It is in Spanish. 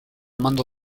mando